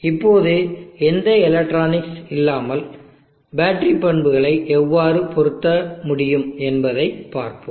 இப்போது எந்த எலக்ட்ரானிக்ஸ் இல்லாமல் பேட்டரி பண்புகளை எவ்வாறு பொருத்த முடியும் என்பதைப் பார்ப்போம்